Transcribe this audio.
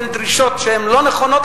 בין דרישות שהן לא נכונות,